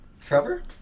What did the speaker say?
Trevor